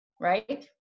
right